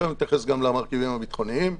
תכף נתייחס גם למרכיבים הביטחוניים.